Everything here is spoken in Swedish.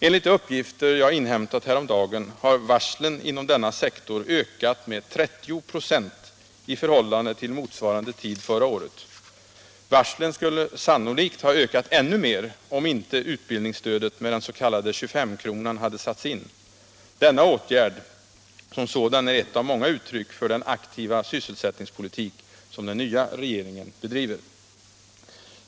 Enligt de uppgifter jag inhämtat häromdagen har varslen inom denna sektor ökat med 30 96 i förhållande till motsvarande tid förra året. Varslen skulle sannolikt ha ökat ännu mer, om inte utbildningsstödet med den s.k. 25-kronan hade satts in. Åtgärden som sådan är ett av många uttryck för den aktiva sysselsättningspolitik som den nya regeringen bedriver.